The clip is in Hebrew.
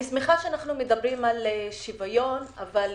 אני שמחה שאנו מדברים על שוויון, אבל לצערי,